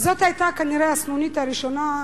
זאת היתה, כנראה, הסנונית הראשונה,